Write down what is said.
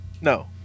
No